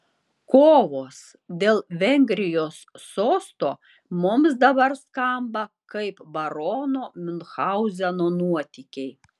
kovos dėl vengrijos sosto mums dabar skamba kaip barono miunchauzeno nuotykiai